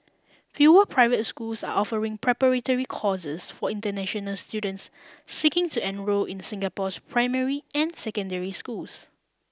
fewer private schools are offering preparatory courses for international students seeking to enrol in Singapore's primary and secondary schools